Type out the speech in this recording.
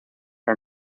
her